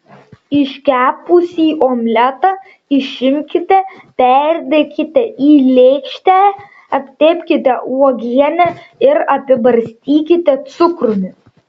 iškepusį omletą išimkite perdėkite į lėkštę aptepkite uogiene ir apibarstykite cukrumi